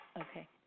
Okay